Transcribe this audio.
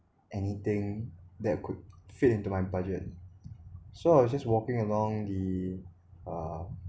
anything that could fit into my budget so I was just walking along the uh